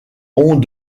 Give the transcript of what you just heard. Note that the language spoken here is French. ont